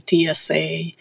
TSA